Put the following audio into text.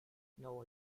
now